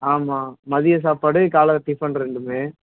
ஆமாம் மதிய சாப்பாடு காலையில் டிஃபன் ரெண்டுமே